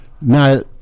Now